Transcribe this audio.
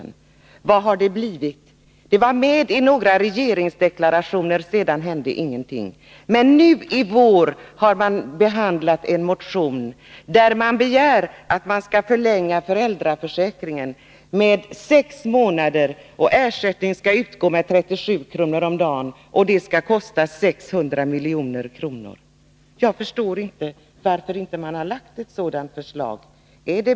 Men vad har det blivit av detta löfte? Det fanns med i några regeringsdeklarationer, men sedan har ingenting hänt. Nu i vår har emellertid en motion behandlats, där man begär en förlängning av föräldraförsäkringen med sex månader och att ersättning skall utgå med 37 kr. om dagen. Det kommer att kosta 600 milj.kr. Jag förstår inte varför man inte lagt fram ett förslag.